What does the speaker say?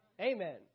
Amen